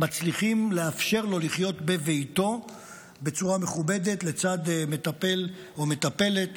לאפשר לו לחיות בביתו בצורה מכובדת לצד מטפל או מטפלת,